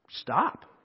stop